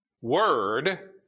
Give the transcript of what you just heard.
word